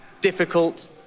difficult